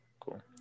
cool